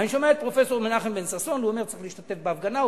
הוא אומר שצריך להשתתף בהפגנה.